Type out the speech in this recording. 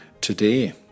Today